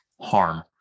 harm